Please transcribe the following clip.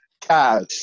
Cash